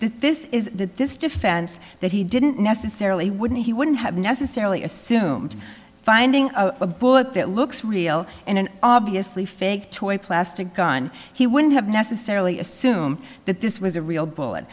t this is that this defense that he didn't necessarily wouldn't he wouldn't have necessarily assume finding a bullet that looks real in an obviously fake to a plastic gun he wouldn't have necessarily assume that this was a real bull